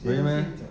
really meh